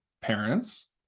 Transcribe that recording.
parents